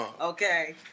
Okay